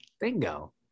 Bingo